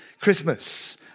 Christmas